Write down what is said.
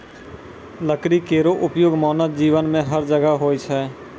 लकड़ी केरो उपयोग मानव जीवन में हर जगह होय छै